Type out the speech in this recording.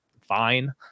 fine